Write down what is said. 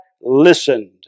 listened